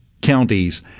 counties